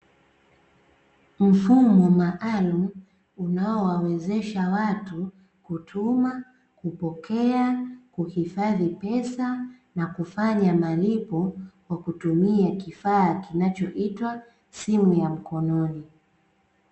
Mfumo maalumu unaowawezesha watu kutuma, kupokea, kuhifadhi pesa na kufanya malipo, kwa kutumia kifaa kinachoitwa simu ya mkononi.